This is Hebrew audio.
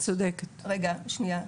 רגע שנייה,